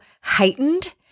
heightened